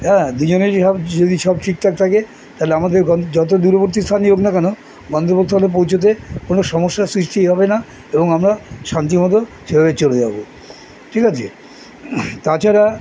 হ্যাঁ দুজনে যদি সব ঠিকঠাক থাকে তাহলে আমাদের যত দূরবর্তী স্থানই হোক না কেন গন্তব্যস্থলে পৌঁছোতে কোনো সমস্যার সৃষ্টি হবে না এবং আমরা শান্তিমতো সেভাবে চলে যাবো ঠিক আছে তাছাড়া